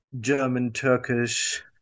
German-Turkish